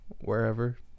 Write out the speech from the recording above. wherever